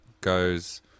goes